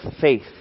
faith